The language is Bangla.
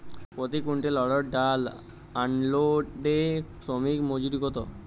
প্রতি কুইন্টল অড়হর ডাল আনলোডে শ্রমিক মজুরি কত?